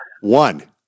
One